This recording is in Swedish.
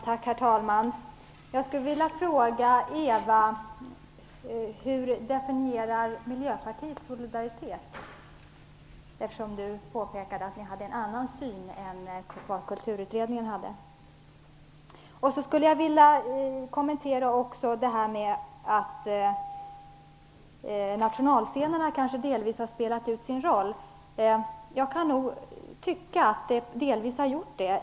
Herr talman! Jag vill fråga Ewa Larsson hur Miljöpartiet definierar solidaritet, eftersom hon påpekade att ni hade en annan syn än vad Kulturutredningen hade. Sedan vill jag kommentera detta med att nationalscenerna kanske delvis har spelat ut sin roll. Jag tycker att de delvis har gjort det.